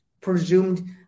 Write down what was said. presumed